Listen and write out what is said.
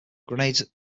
grenades